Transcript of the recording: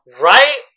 Right